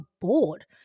bored